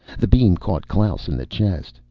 the beam caught klaus in the chest.